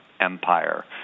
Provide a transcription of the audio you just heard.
empire